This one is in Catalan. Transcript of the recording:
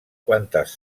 quantes